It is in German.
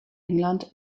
england